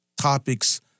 topics